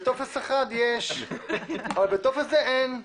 בטופס 1 יש, אבל בטופס הזה אין.